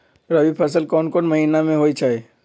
रबी फसल कोंन कोंन महिना में होइ छइ?